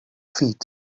feet